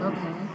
Okay